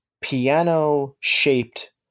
piano-shaped